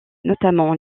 notamment